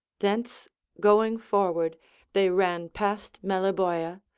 thence going forward they ran past meliboea,